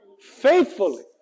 Faithfully